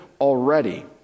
already